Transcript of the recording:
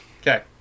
okay